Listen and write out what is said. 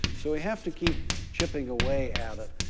so we have to keep chipping away at it.